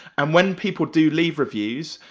and when people do leave reviews,